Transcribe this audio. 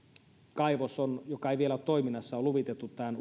kaivos joka ei vielä ole toiminnassa on luvitettu tämän